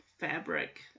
fabric